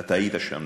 אתה היית שם,